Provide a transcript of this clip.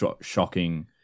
shocking